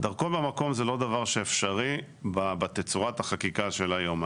דרכון במקום זה לא דבר שאפשרי בתצורת החקיקה של היום.